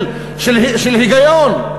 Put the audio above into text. של היגיון.